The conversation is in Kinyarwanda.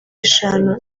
eshanu